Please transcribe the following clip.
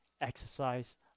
exercise